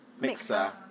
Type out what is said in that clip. mixer